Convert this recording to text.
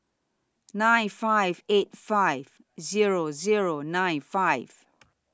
nine five eight five Zero Zero nine five